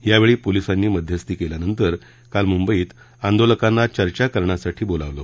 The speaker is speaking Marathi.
यावेळी पोलिसांनी मध्यस्थी केल्यानंतर काल मुंबईत आंदोलकांना चर्चा करण्यासाठी बोलावलं